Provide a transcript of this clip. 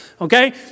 Okay